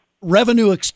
revenue